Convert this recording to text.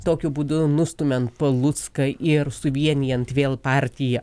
tokiu būdu nustumiant palucką ir suvienijant vėl partiją